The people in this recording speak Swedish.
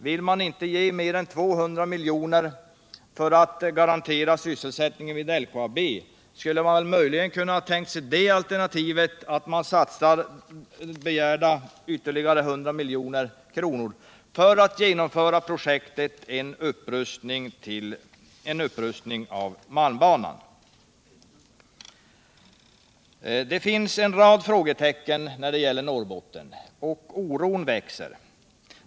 Vill man inte ge mer än 200 milj.kr. för att garantera sysselsättningen vid LKAB skulle man kunna tänka sig alternativet att satsa begärda ytterligare 100 milj.kr. för genomförande av projektet att Det finns en rad frågetecken när det gäller Norrbotten, och oron växer.